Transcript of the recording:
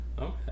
Okay